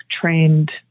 trained